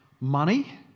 money